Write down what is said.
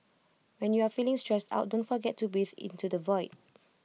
when you are feeling stressed out don't forget to breathe into the void